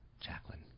Jacqueline